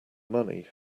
money